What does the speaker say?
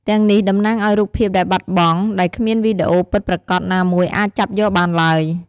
ទាំងនេះ តំណាងឱ្យ "រូបភាពដែលបាត់បង់" ដែលគ្មានវីដេអូពិតប្រាកដណាមួយអាចចាប់យកបានឡើយ។